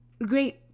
great